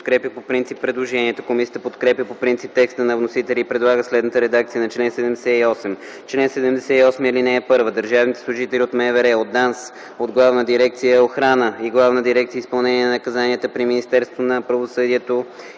подкрепя по принцип предложението. Комисията подкрепя по принцип текста на вносителя и предлага следната редакция на чл. 78: „Чл. 78. (1) Държавните служители от МВР, от ДАНС, от Главна дирекция “Охрана” и Главна дирекция “Изпълнение на наказанията” при Министерството на правосъдието